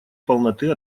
полноты